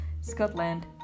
Scotland